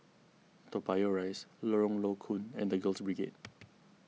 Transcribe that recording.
Toa Payoh Rise Lorong Low Koon and the Girls Brigade